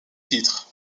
titres